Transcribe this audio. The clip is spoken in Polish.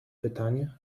pytanie